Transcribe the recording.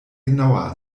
genauer